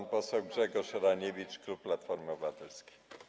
Pan poseł Grzegorz Raniewicz, klub Platformy Obywatelskiej.